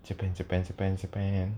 japan japan japan japan